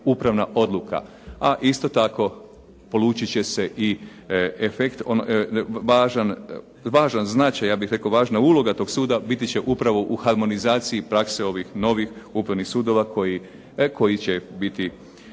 a isto tako polučit će se važan značaj, ja bih rekao važna uloga toga suda, biti će upravo u harmonizaciji prakse ovih novih upravnih sudova koji će biti